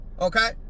okay